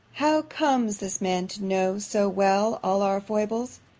how comes this man to know so well all our foibles?